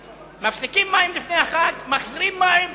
מפסיקים מים לפני החג, מחזירים מים,